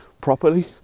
properly